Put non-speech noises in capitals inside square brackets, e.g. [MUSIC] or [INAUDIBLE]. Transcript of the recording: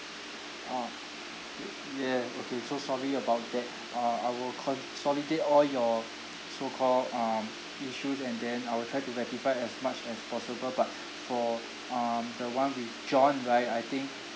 ah [NOISE] ya okay so sorry about that uh I will consolidate all your so call um issues and then I will try to rectify as much as possible but for um the one with john right I think